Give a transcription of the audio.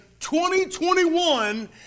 2021